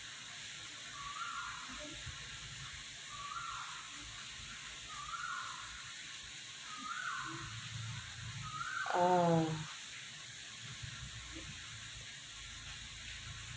oh